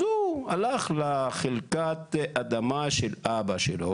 אז הוא הלך לחלקת האדמה של אבא שלו,